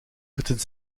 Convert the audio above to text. moeten